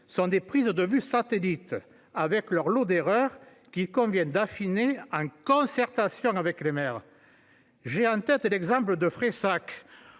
sont des prises de vues par satellite, avec leur lot d'erreurs, qu'il convient d'affiner en concertation avec les maires. J'ai en tête l'exemple de Fressac